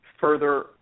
further